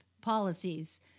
policies